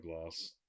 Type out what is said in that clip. glass